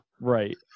Right